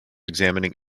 examining